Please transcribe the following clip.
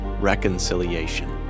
reconciliation